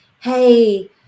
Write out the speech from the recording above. Hey